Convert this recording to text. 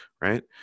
right